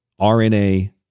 RNA